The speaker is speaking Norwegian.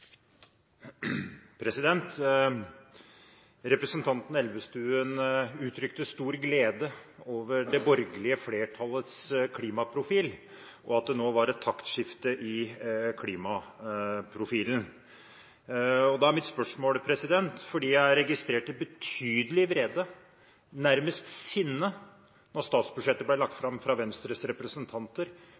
internasjonalt. Representanten Elvestuen uttrykte stor glede over det borgerlige flertallets klimaprofil og sa at det nå var et taktskifte i klimaprofilen. Jeg registrerte betydelig vrede, nærmest sinne, fra Venstres representanter da statsbudsjettet ble lagt fram,